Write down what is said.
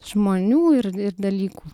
žmonių ir ir dalykų